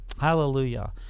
Hallelujah